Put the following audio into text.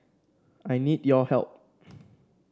I need your help